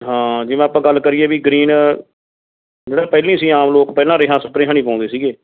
ਹਾਂ ਜਿਵੇਂ ਆਪਾਂ ਗੱਲ ਕਰੀਏ ਵੀ ਗ੍ਰੀਨ ਜਿਹੜਾ ਪਹਿਲੀ ਸੀ ਆਮ ਲੋਕ ਪਹਿਲਾਂ ਰੇਹਾਂ ਸਪਰੇਹਾਂ ਨਹੀਂ ਪਾਉਂਦੇ ਸੀਗੇ